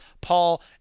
Paul